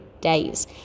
days